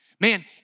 man